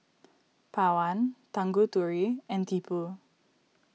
Pawan Tanguturi and Tipu